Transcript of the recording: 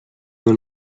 del